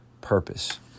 purpose